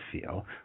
feel